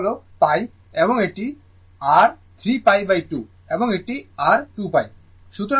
এটি হল π এবং এটি r 3π2 এবং এটি r 2π